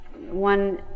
one